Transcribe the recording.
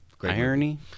Irony